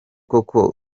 koko